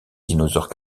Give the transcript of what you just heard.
dinosaure